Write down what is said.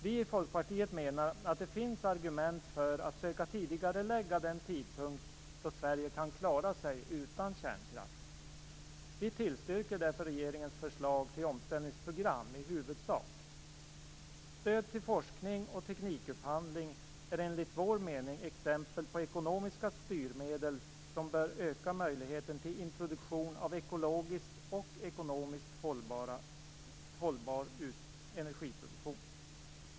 Vi i Folkpartiet menar att det finns argument för att söka tidigarelägga den tidpunkt då Sverige kan klara sig utan kärnkraft. Vi tillstyrker därför regeringens förslag till omställningsprogram i huvudsak. Stöd till forskning och teknikupphandling är enligt vår mening exempel på ekonomiska styrmedel som bör öka möjligheten till introduktion av ekologiskt och ekonomiskt hållbar energiproduktion.